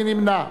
מי נמנע?